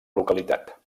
localitat